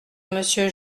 monsieur